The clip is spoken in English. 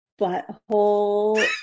butthole